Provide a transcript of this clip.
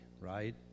right